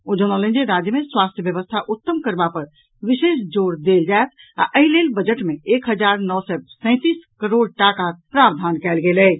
ओ जनौलनि जे राज्य मे स्वास्थ्य व्यवस्था उत्तम करबा पर विशेष जोर देल जायत आ एहि लेल बजट मे एक हजार नओ सय सैंतीस करोड़ टाकाक प्रावधान कयल गेल अछि